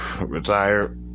retire